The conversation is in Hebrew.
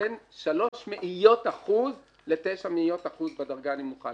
בין שלוש מאיות אחוז לתשע מאיות אחוז בדרגה הנמוכה.